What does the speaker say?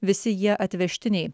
visi jie atvežtiniai